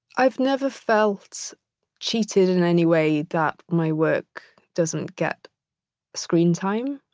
i've never felt cheated in any way that my work doesn't get screen time.